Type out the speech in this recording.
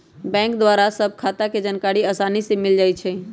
bank द्वारा सभ खता के जानकारी असानी से मिल जाइ छइ